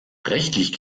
rechtlich